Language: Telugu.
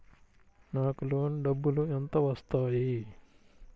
నాకు లోన్ డబ్బులు ఎంత వస్తాయి?